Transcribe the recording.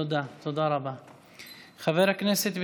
תודה רבה, חבר הכנסת אחמד טיבי.